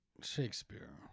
Shakespeare